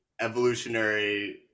evolutionary